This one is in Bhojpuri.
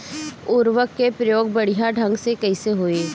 उर्वरक क प्रयोग बढ़िया ढंग से कईसे होई?